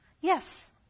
Yes